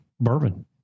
bourbon